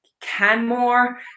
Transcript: Canmore